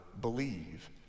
believe